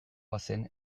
bazen